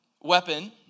weapon